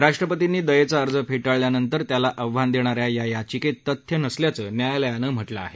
राष्ट्रपतींनी दयेचा अर्ज फेटाळल्यानंतर त्याला आव्हान देणा या या याचिकेत तथ्य नसल्याचं न्यायालयानं म्हटलं आहे